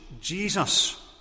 Jesus